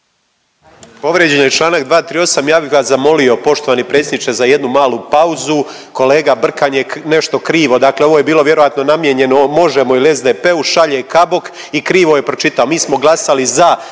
Povrijeđen je čl. 238., ja bi vas zamolio poštovani predsjedniče za jednu malu pauzu. Kolega Brkan je nešto krivo, dakle ovo je bilo vjerojatno namijenjeno Možemo! ili SDP-u, šalje Kabok i krivo je pročitao,